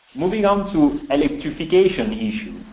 moving on to electrification issue.